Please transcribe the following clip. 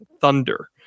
thunder